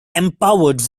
empowered